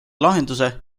lahenduse